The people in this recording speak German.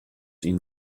ihnen